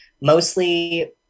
mostly